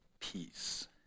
Peace